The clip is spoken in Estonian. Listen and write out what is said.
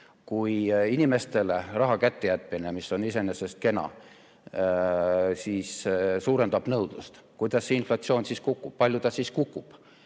Kui inimestele raha kätte jätmine, mis on iseenesest kena, sest suurendab nõudlust, siis kuidas see inflatsioon kukub? Palju ta siis kukub?